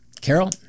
Carol